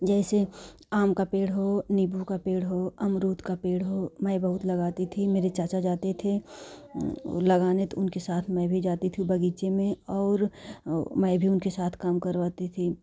जैसे आम का पेड़ हो नींबू का पेड़ हो अमरूद का पेड़ हो मैं बहुत लगाती थी मेरे चाचा जाते थे लगाने तो उनके साथ मैं भी जाती थी बगीचे में और मैं भी उनके साथ काम करवाती थी